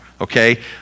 Okay